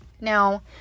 Now